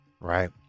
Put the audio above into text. right